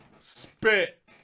Spit